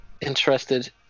interested